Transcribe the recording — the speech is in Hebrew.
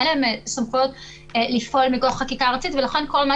אין להם סמכויות לפעול מכוח חקיקה ארצית ולכן כל מה